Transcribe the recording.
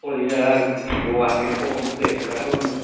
कलिजा आरो बिबु आथिं खर'फोरखो एक्सट्रा खालामनो हो